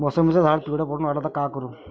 मोसंबीचं झाड पिवळं पडून रायलं त का करू?